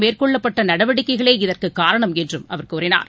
மேற்கொள்ளப்பட்ட நடவடிக்கைகளே இதற்குக் காரணம் என்றும் அவர் கூறினார்